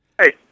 Hey